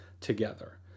together